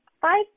five